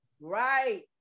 right